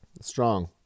Strong